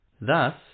Thus